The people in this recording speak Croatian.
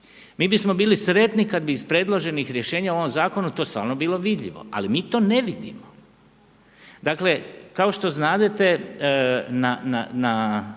Mi bi smo bili sretni kad bi iz predloženih rješenja u ovom zakonu to stvarno bilo vidljivo. Ali mi to ne vidimo. Dakle, kao što znadete na